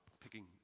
picking